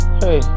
hey